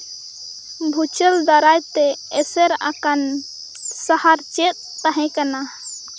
ᱵᱷᱩᱸᱪᱟᱹᱞ ᱫᱟᱨᱟᱭ ᱛᱮ ᱮᱥᱮᱨ ᱟᱠᱟᱱ ᱥᱟᱦᱟᱨ ᱪᱮᱫ ᱛᱟᱦᱮᱸ ᱠᱟᱱᱟ